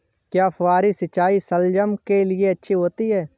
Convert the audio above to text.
क्या फुहारी सिंचाई शलगम के लिए अच्छी होती है?